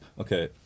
Okay